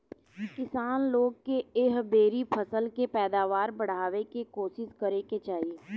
किसान लोग के एह बेरी फसल के पैदावार बढ़ावे के कोशिस करे के चाही